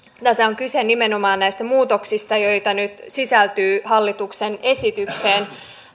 tässä on kyse nimenomaan näistä muutoksista joita nyt sisältyy hallituksen esitykseen